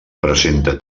presenta